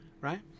Right